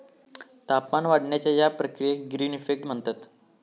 तापमान वाढण्याच्या या प्रक्रियेक ग्रीन इफेक्ट म्हणतत